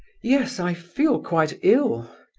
yes i feel quite ill.